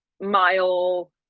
mile